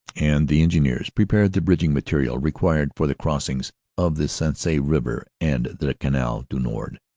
and the engineers prepared the bridging material required for the crossings of the sensee river and the canal du nord.